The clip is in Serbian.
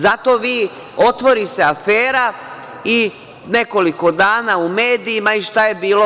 Zato vi, otvori se afera i nekoliko dana u medijima i šta je bilo?